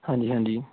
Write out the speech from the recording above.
ਹਾਂਜੀ ਹਾਂਜੀ